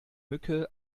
mücke